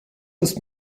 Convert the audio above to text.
ist